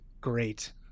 great